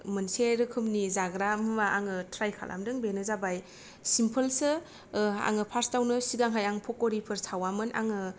मोनसे रोखोमनि जाग्रा मुवा आङो त्राय खालामदों बेनो जाबाय सिम्पोलसो ओ आङो फार्सतावनो सिगांहाय आं पकरिफोर सावामोन आङो